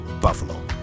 Buffalo